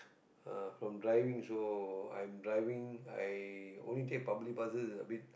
uh from driving so I'm driving I only take public buses a bit